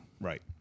Right